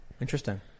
interesting